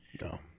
no